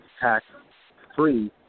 tax-free